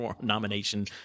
nomination